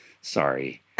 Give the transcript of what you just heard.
Sorry